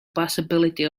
possibility